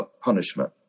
punishment